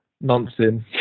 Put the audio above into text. nonsense